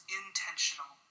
intentional